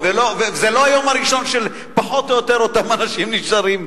וזה לא היום הראשון שפחות או יותר כמעט אותם אנשים כאן.